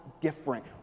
different